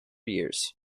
years